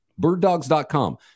birddogs.com